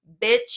bitch